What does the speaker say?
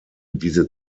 diese